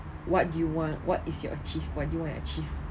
what do you want what is your achieve what do you want to achieve